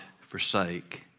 forsake